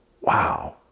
wow